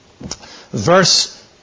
Verse